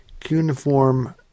Cuneiform